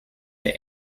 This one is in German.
der